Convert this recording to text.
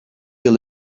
yıl